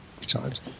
times